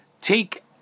take